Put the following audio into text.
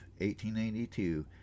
1892